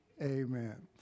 Amen